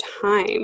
time